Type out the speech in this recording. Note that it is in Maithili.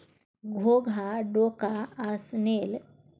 घोघा, डोका आ स्नेल सनक छोट जीब सब फसल केँ नोकसान करय छै